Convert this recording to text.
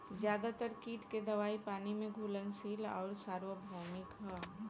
ज्यादातर कीट के दवाई पानी में घुलनशील आउर सार्वभौमिक ह?